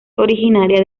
originaria